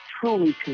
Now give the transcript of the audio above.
truly